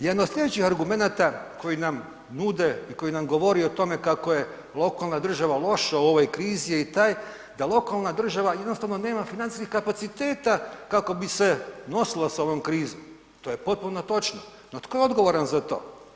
Jedan od slijedećih argumenata koji nam nude i koji nam govori o tome kako je lokalna država loša u ovoj krizi je i taj da lokalna država jednostavno nema financijskih kapaciteta kako bi se nosila sa ovom krizom, to je potpuno točno, no tko je odgovoran za to?